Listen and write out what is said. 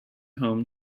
home